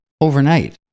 overnight